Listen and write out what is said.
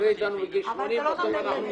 יקרה איתנו בגיל 80. זה לא ממש נותן ביטחון.